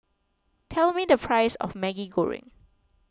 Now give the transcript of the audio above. tell me the price of Maggi Goreng